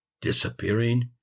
disappearing